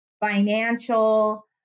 financial